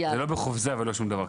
זה לא בחפוזה ולא שום דבר.